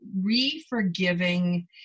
re-forgiving